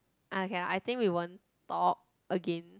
ah okay I think we won't talk again